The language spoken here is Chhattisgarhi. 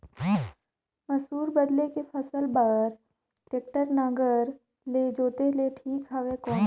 मसूर बदले के फसल बार टेक्टर के नागर ले जोते ले ठीक हवय कौन?